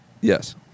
Yes